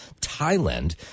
Thailand